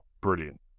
brilliant